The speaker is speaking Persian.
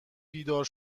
بیدار